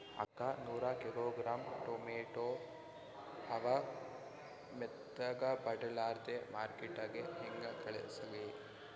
ಅಕ್ಕಾ ನೂರ kilogram tomato ಅವ, ಮೆತ್ತಗಬಡಿಲಾರ್ದೆ ಮಾರ್ಕಿಟಗೆ ಹೆಂಗ ಕಳಸಲಿ?